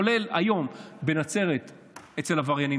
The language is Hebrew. כולל היום בנצרת אצל עבריינים,